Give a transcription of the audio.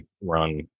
run